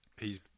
hes